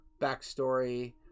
backstory